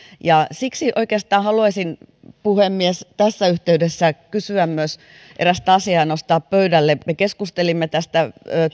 siksi oikeastaan haluaisin puhemies tässä yhteydessä kysyä myös erästä asiaa ja nostaa sen pöydälle me keskustelimme tästä